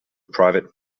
private